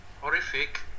horrific